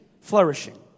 flourishing